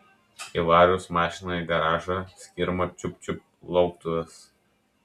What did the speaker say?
įvarius mašiną į garažą skirma čiupt čiupt lauktuvės